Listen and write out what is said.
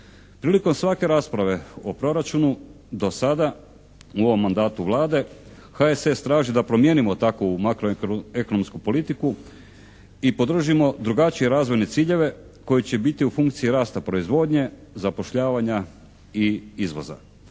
Prilikom svake rasprave o proračunu do sada u ovom mandatu Vlade, HSS traži da promijenimo takvu makroekonomsku politiku i podržimo drugačije razvojne ciljeve koji će biti u funkciji rasta proizvodnje, zapošljavanja i izvoza.